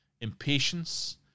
Impatience